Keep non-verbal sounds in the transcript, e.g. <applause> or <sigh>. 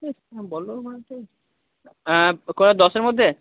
<unintelligible> হ্যাঁ <unintelligible> দশের মধ্যে